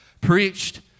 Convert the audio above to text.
preached